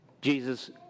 Jesus